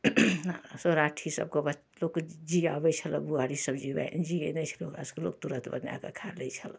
सौराठी सबके लोक जियाबै छलए बोआरी सब जिबए जीयै नहि छलए ओकरा सबके लोक तुरत बनए कऽ खा लै छलऽ